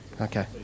Okay